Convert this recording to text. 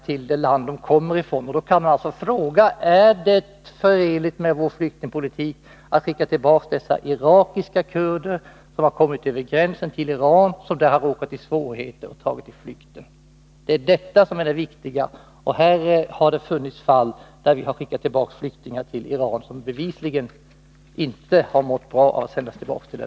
Min fråga blir: Är det förenligt med vår flyktingpolitik att skicka tillbaka irakiska kurder, som har kommit över gränsen till Iran men som där har råkat i svårigheter och sedan flytt därifrån? Det är vad som är viktigt i detta sammanhang. I några fall har det förekommit att vi har skickat tillbaka flyktingar till Iran, vilka bevisligen inte har mått bra av det.